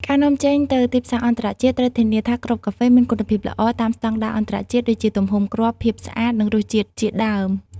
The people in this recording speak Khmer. ការនាំចេញទៅទីផ្សារអន្តរជាតិ ត្រូវធានាថាគ្រាប់កាហ្វេមានគុណភាពល្អ តាមស្តង់ដារអន្តរជាតិ ដូចជាទំហំគ្រាប់ ភាពស្អាត និងរសជាតិជាដើម។